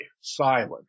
Silent